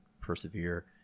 persevere